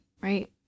right